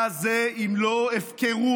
מה זה אם לא הפקרות?